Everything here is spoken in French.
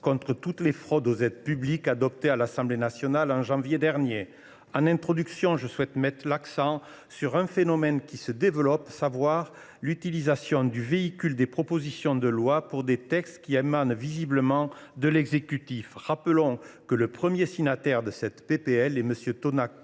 contre les fraudes aux aides publiques, adoptée à l’Assemblée nationale en janvier dernier. En introduction, je souhaite mettre l’accent sur un phénomène qui se développe, à savoir le recours aux propositions de loi alors que les textes émanent visiblement de l’exécutif. Rappelons que le premier signataire de ce texte est Thomas